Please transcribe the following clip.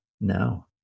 No